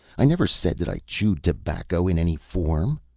i never said that i chewed tobacco in any form.